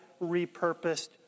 repurposed